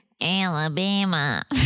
Alabama